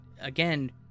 again